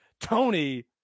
tony